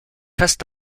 fest